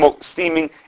steaming